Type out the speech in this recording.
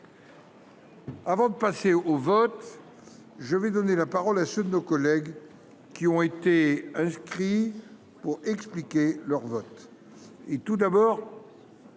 Avant de passer au vote, je vais donner la parole à ceux de nos collègues qui ont été inscrits pour expliquer leur vote.